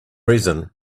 reason